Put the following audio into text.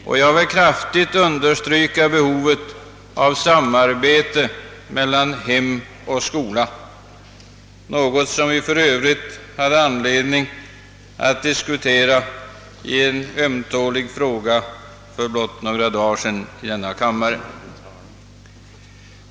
Jag vill alltså kraftigt understryka behovet av samarbete mellan hem och skola — något som vi för övrigt hade anledning att diskutera vid behandlingen av en ömtålig fråga för blott några dagar sedan här i kammaren.